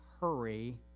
hurry